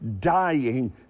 dying